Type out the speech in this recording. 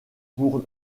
pour